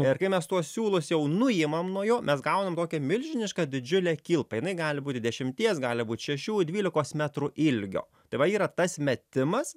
ir kai mes tuos siūlus jau nuimam nuo jo mes gaunam tokią milžinišką didžiulę kilpą jinai gali būti dešimties gali būt šešių dvylikos metrų ilgio tai va yra tas metimas